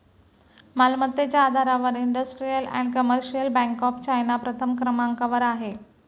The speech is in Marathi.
मालमत्तेच्या आधारावर industrial and commercial bank of China प्रथम क्रमांकावर आहे